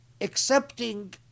accepting